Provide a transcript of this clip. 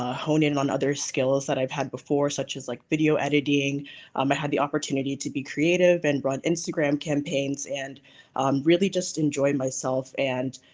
ah hone in on other skills that i've had before such as like video editing, um i had the opportunity to be creative and run instagram campaigns and really just enjoyed myself and